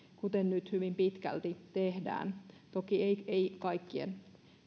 kuten nyt hyvin pitkälti tehdään toki ei ei kaikkien